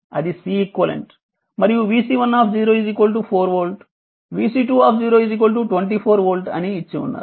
అది Ceq మరియు vC1 4 volt vC2 24 volt అని ఇచ్చివున్నారు